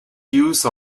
use